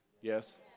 Yes